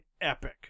epic